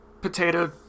potato